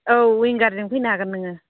औ विंगारजों फैनो हागोन नोङो